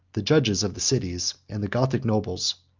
the judges of the cities, and the gothic nobles,